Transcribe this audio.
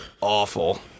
awful